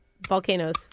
Volcanoes